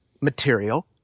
Material